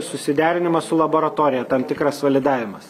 susiderinimas su laboratorija tam tikras validavimas